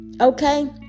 Okay